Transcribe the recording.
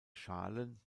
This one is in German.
schalen